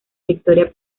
victoria